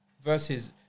Versus